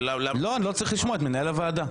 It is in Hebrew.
לא, אני לא צריך לשמוע את מנהל הוועדה.